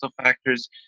factors